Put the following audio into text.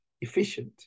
efficient